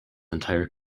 entire